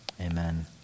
Amen